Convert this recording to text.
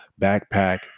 backpack